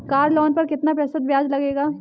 Car loan पर कितना प्रतिशत ब्याज लगेगा?